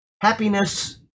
happiness